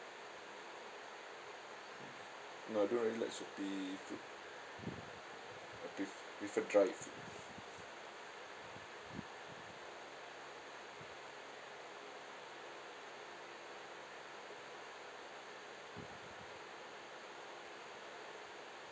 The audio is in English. no I don't really like soupy food I pref~ prefer dry food